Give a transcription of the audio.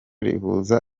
rihuza